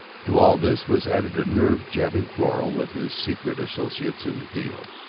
to all this was added a nerve-jabbing quarrel with his secret associates in the deal.